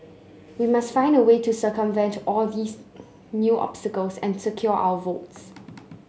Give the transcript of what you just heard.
we must find a way to circumvent all these new obstacles and secure our votes